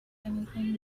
anything